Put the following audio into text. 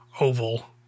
oval